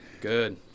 Good